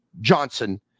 Johnson